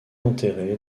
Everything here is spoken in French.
enterrée